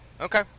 okay